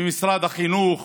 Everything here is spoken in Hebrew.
ממשרד החינוך